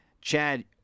Chad